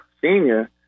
senior